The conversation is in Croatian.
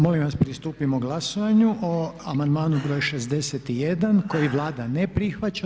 Molim vas pristupimo glasovanju o amandmanu br. 61. koji Vlada ne prihvaća.